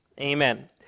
amen